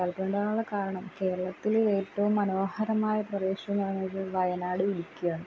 താൽപ്പര്യമുണ്ടാകാനുള്ള കാരണം കേരളത്തിലെ ഏറ്റവും മനോഹരമായ പ്രദേശമെന്ന് പറയുന്നത് വയനാടും ഇടുക്കിയുമാണ്